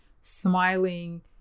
smiling